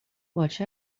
watch